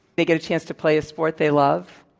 they get a chance to play a sport they love,